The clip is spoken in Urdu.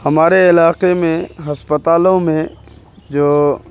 ہمارے علاقے میں ہسپتالوں میں جو